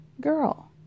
Girl